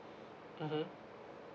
mmhmm